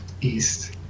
east